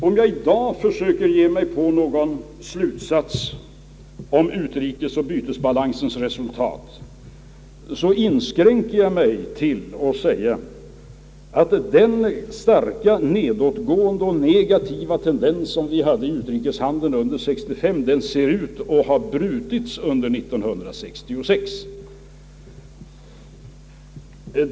Om jag i dag skulle försöka dra någon slutsats om handelsoch bytesbalansens resultat skulle jag vilja inskränka mig till att säga, att den starka nedåtgående och negativa tendensen i vår utrikeshandel under år 1965 förefaller att ha brutits under år 1966.